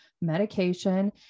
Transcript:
medication